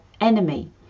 enemy